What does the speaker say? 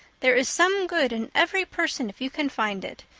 there is some good in every person if you can find it.